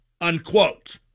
unquote